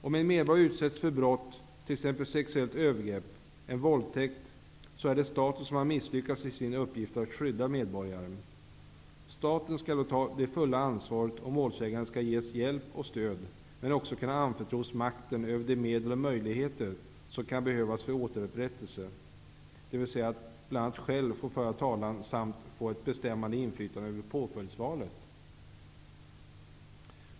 Om en medborgare utsätts för brott, t.ex. sexuellt övergrepp, en våldtäkt, har staten misslyckats i sin uppgift att skydda medborgaren. Staten skall då ta det fulla ansvaret, och målsäganden skall ges hjälp och stöd men också kunna anförtros makten över de medel och möjligheter som kan behövas för återupprättelse, dvs. bl.a. att själv få föra talan samt få ett bestämmande inflytande över påföljdsvalet.